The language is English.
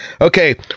okay